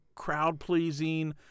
crowd-pleasing